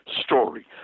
story